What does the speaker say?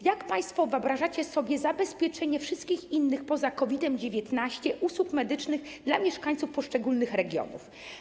Jak państwo wyobrażacie sobie zabezpieczenie wszystkich innych, poza związanymi z COVID-19, usług medycznych dla mieszkańców poszczególnych regionów?